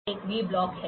यह एक V block है